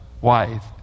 wife